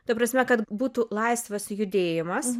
ta prasme kad būtų laisvas judėjimas